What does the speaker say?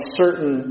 certain